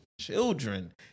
children